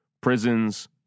prisons